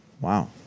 Wow